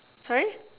sorry